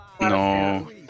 No